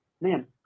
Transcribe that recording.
man